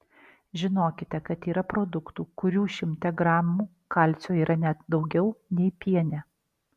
žinokite kad yra produktų kurių šimte gramų kalcio yra net daugiau nei piene